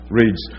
reads